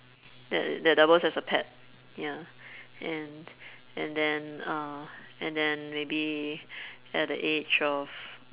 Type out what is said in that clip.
that that doubles as a pet ya and and then uh and then maybe at the age of